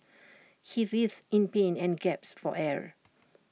he writhed in pain and gasped for air